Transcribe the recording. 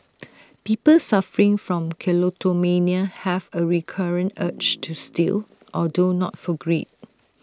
people suffering from kleptomania have A recurrent urge to steal although not for greed